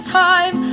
time